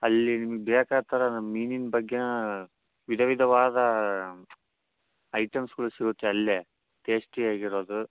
ಅಲ್ಲಿ ನಿಮಗೆ ಬೇಕಾದ ಥರ ಮೀನಿನ ಬಗ್ಗೆ ವಿಧವಿಧವಾದ ಐಟಮ್ಸ್ಗಳು ಸಿಗುತ್ತೆ ಅಲ್ಲೇ ಟೇಸ್ಟಿ ಆಗಿರೋದು